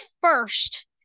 first